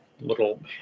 little